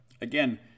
again